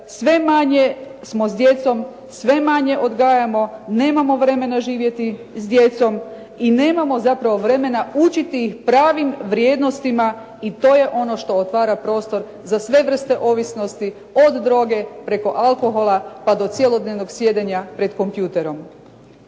sve manje smo s djecom, sve manje odgajamo, nemamo vremena živjeti s djecom i nemamo zapravo vremena učiti ih pravim vrijednostima i to je ono što otvara prostor za sve vrste ovisnosti od droge preko alkohola, pa do cjelodnevnog sjedenja pred kompjuterom.